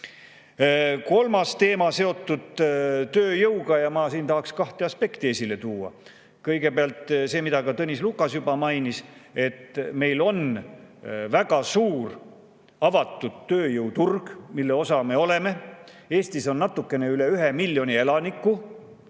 Kolmas teema on seotud tööjõuga ja ma tahaksin kahte aspekti esile tuua. Kõigepealt see, mida ka Tõnis Lukas juba mainis: meil on väga suur avatud tööjõuturg, mille osa me oleme. Eestis on natuke üle ühe miljoni elaniku,